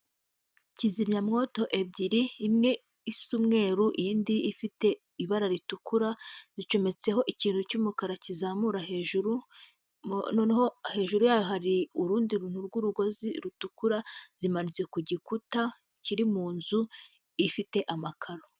Kizimyamwoto ebyiri imwe isa umweru indi ifite ibara ritukura zicometseho ikintu cy'umukara kizamura hejuru, noneho hejuru yayo hari urundi rw'urugozi rutukura zimanitse ku gikuta kiri munzu ifite amakaro.